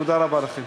תודה רבה לכם.